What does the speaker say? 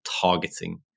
targeting